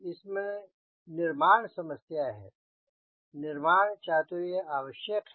उसमे निर्माण समस्या है निर्माण चातुर्य आवश्यक है